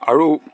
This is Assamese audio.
আৰু